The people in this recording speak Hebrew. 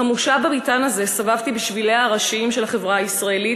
חמושה במטען הזה הסתובבתי בשביליה הראשיים של החברה הישראלית,